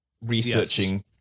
researching